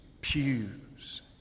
pews